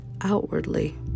outwardly